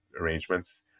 arrangements